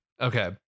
Okay